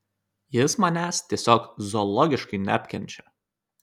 jis manęs tiesiog zoologiškai neapkenčia